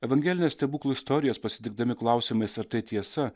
evangelines stebuklų istorijas pasitikdami klausimais ar tai tiesa